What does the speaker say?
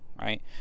right